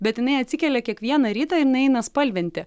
bet jinai atsikelia kiekvieną rytą ir jinai eina spalvinti